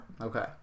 okay